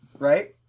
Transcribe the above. right